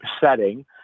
setting